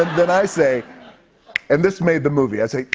then i say and this made the movie. i say,